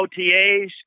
OTAs